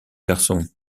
garçon